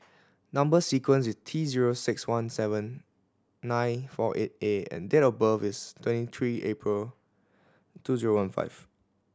number sequence is T zero six one seven nine four eight A and date of birth is twenty three April two zero one five